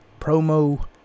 promo